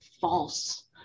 false